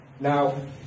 Now